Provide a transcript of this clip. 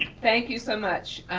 thank you so much.